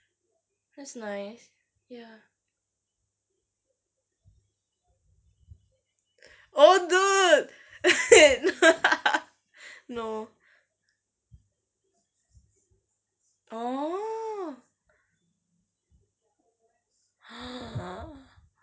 that's nice ya oh dude no oh